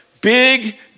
big